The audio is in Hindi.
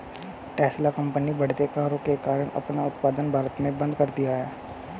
टेस्ला कंपनी बढ़ते करों के कारण अपना उत्पादन भारत में बंद कर दिया हैं